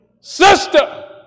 sister